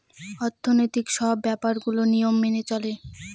অর্থনৈতিক সব ব্যাপার গুলোর নিয়ম মেনে চলে